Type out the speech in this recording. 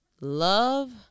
Love